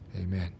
Amen